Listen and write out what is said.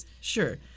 Sure